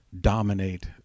dominate